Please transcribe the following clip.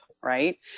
right